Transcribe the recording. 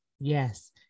Yes